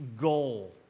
goal